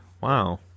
Wow